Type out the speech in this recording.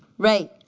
right,